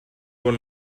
bon